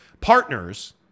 partners